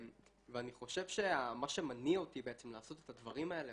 ואני חושב שמה שמניע אותי לעשות את הדברים האלה,